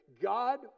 God